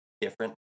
different